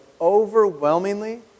overwhelmingly